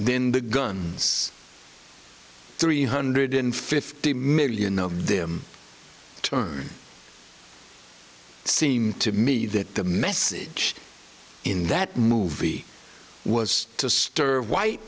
then the guns three hundred and fifty million of them turn seemed to me that the message in that movie was to stir white